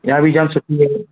इहा बि जाम सुठी आहे